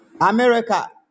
America